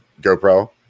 GoPro